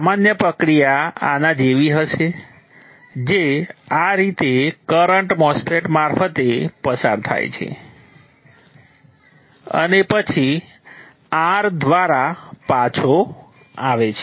સામાન્ય પ્રક્રિયા આના જેવી હશે કે આવી રીતે કરંટ MOSFET મારફતે પસાર થાય છે અને પછી R દ્વારા પાછો આવે છે